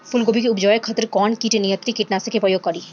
फुलगोबि के उपजावे खातिर कौन कीट नियंत्री कीटनाशक के प्रयोग करी?